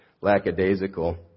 lackadaisical